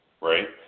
right